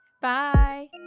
bye